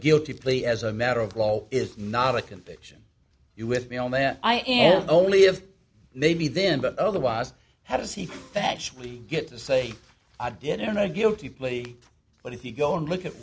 guilty plea as a matter of law is not a conviction you with me on that i am only of maybe then but otherwise how does he factually get to say i did it in a guilty plea but if you go and look at